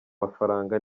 mafaranga